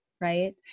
right